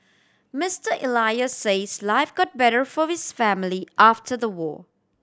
Mister Elias says life got better for his family after the war